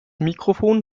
mikrofon